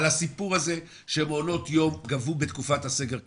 על הסיפור הזה שמעונות יום גבו בתקופת הסגר כסף.